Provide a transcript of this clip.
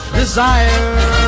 desire